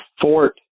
fort